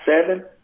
seven